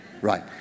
Right